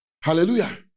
Hallelujah